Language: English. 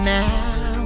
now